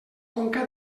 conca